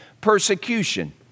persecution